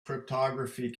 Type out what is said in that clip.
cryptography